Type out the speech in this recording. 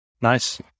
Nice